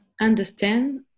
understand